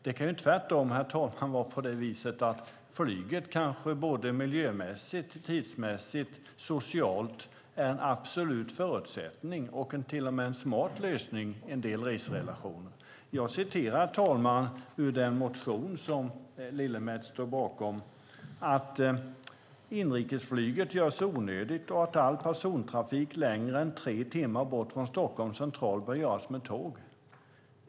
Det kan tvärtom vara på det viset att flyget miljömässigt, tidsmässigt och socialt är en absolut förutsättning och till och med en smart lösning i en del reserelationer. I den motion som Lillemets står bakom står det om att göra inrikesflyget onödigt och om att all persontrafik längre än tre timmar bort från Stockholms central bör göras med tåg.